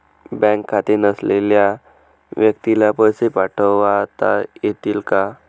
Bank खाते नसलेल्या व्यक्तीला पैसे पाठवता येतील का?